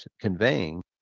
conveying